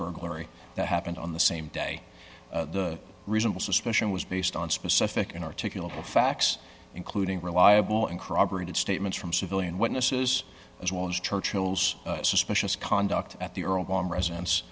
burglary that happened on the same day the reasonable suspicion was based on specific and articulable facts including reliable and corroborated statements from civilian witnesses as well as churchill's suspicious conduct at the earldom residence